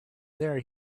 there